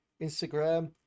Instagram